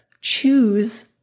Choose